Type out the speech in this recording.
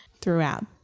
throughout